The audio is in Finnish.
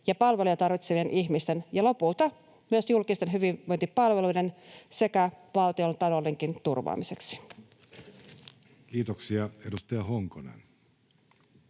ja palveluja tarvitsevien ihmisten ja lopulta myös julkisten hyvinvointipalveluiden sekä valtiontaloudenkin turvaamiseksi. Kiitoksia. — Edustaja Honkonen